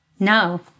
No